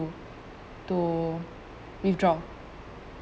to withdraw